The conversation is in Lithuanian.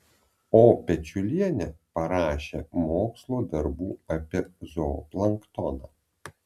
o pečiulienė parašė mokslo darbų apie zooplanktoną